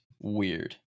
Weird